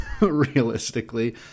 realistically